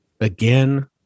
again